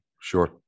Sure